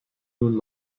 nun